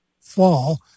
fall